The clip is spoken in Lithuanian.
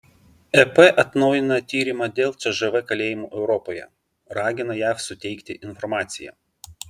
ep atnaujina tyrimą dėl cžv kalėjimų europoje ragina jav suteikti informaciją